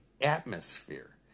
atmosphere